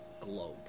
Globe